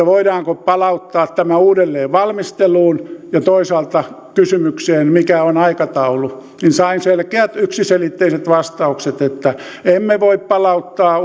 voidaanko palauttaa tämä uudelleen valmisteluun ja toisaalta kysymyksen mikä on aikataulu sain selkeät yksiselitteiset vastaukset että emme voi palauttaa